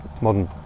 modern